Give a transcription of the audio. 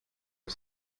auf